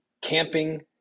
camping